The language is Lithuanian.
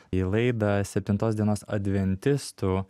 į laidą septintos dienos adventistų